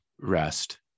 rest